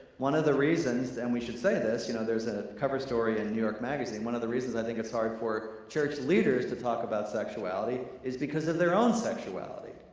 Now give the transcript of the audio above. one of the reasons, and we should say this, you know there's a cover story in new york magazine, one of the reasons i think it's hard for church leaders to talk about sexuality is because of their own sexuality.